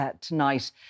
tonight